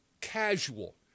casual